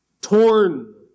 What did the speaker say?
torn